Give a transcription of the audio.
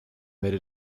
made